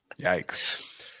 yikes